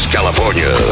California